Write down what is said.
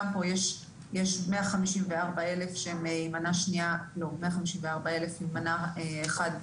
גם פה יש 154,000 עם מנה אחת,